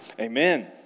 Amen